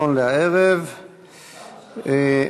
בעד, 33, חמישה מתנגדים, אין נמנעים.